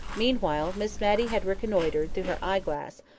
meanwhile, miss matty had reconnoitred through her eye-glass,